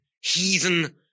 heathen